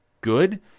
good